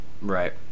right